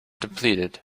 depleted